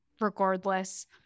regardless